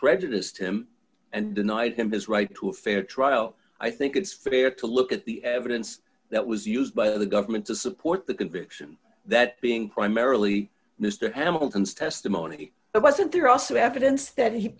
prejudiced him and denied him his right to a fair trial i think it's fair to look at the evidence that was used by the government to support the conviction that being primarily mr hamilton's testimony it wasn't there also evidence that he